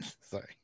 Sorry